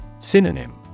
Synonym